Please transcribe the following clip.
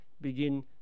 begin